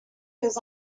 his